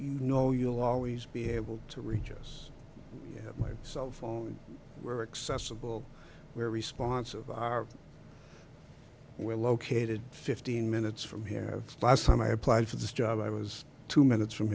you know you'll always be able to reach us by cell phone we're accessible where response of our we're located fifteen minutes from here last time i applied for this job i was two minutes from